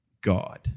God